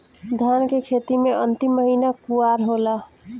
धान के खेती मे अन्तिम महीना कुवार होला?